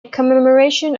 commemoration